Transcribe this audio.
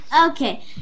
Okay